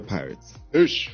Pirates